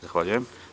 Zahvaljujem.